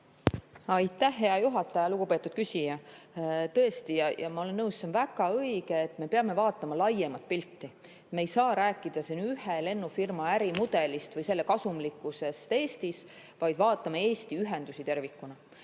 Aitäh, hea juhataja! Lugupeetud küsija! Tõesti, ma olen nõus, see on väga õige, et me peame vaatama laiemat pilti. Me ei saa rääkida siin ühe lennufirma ärimudelist või selle kasumlikkusest Eestis, vaid peame vaatama Eesti ühendusi tervikuna.